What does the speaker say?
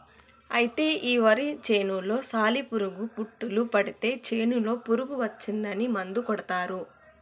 అయితే ఈ వరి చేనులో సాలి పురుగు పుట్టులు పడితే చేనులో పురుగు వచ్చిందని మందు కొడతారు